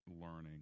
learning